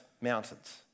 mountains